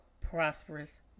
prosperous